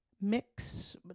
mix